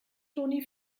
toni